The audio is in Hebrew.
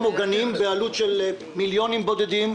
או גנים בעלות של מיליוני שקלים בודדים,